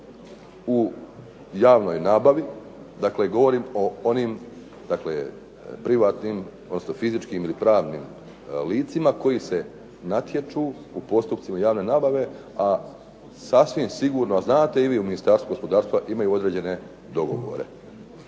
u javnoj nabavi. Dakle, govorim o onim privatnim, odnosno fizičkim ili pravnim licima koji se natječu u postupcima javne nabave, a sasvim sigurno znate i vi u Ministarstvu gospodarstva imaju određene dogovore.